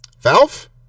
Valve